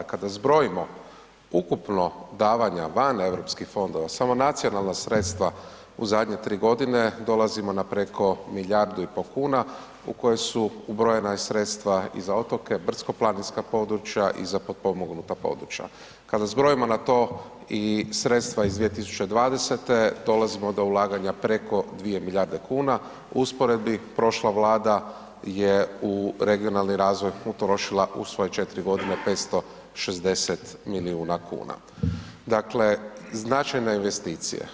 Kada zbrojimo ukupno davanja van Europskih fondova, samo nacionalna sredstva u zadnje 3.g., dolazimo na preko milijardu i po kuna u koje su ubrojena i sredstva i za otoke, brdsko planinska područja i za potpomognuta područja, kada zbrojimo na to i sredstva iz 2020. dolazimo do ulaganja preko 2 milijarde kuna, u usporedbi prošla Vlada je u regionalni razvoj utrošila u svoje 4.g. 560 milijuna kuna, dakle značajna investicija.